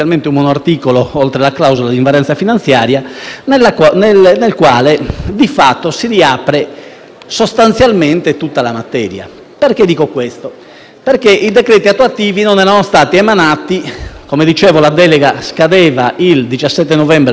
nel quale di fatto si riapre tutta la materia. Perché dico questo? I decreti attuativi non erano stati emanati: come dicevo, la delega scadeva il 17 novembre 2018 e, di fatto,